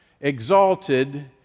exalted